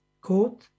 Quote